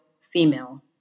female